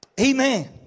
Amen